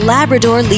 Labrador